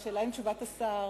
השאלה מה תהיה תשובת השר.